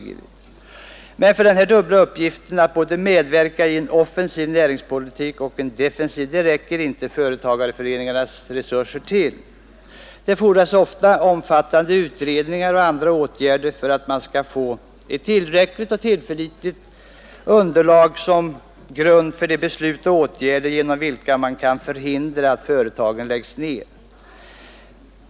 16 mars 1972 Den dubbla uppgiften att medverka både i en offensiv näringspolitik och i en defensiv räcker inte företagarföreningarnas resurser till. Det fordras ofta omfattande utredningar och andra åtgärder för att man skall få ett tillräckligt och tillförlitligt underlag för de beslut och åtgärder genom vilka man kan förhindra att företag läggs ner.